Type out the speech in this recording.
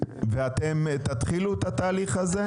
ואתם תתחילו את התהליך הזה?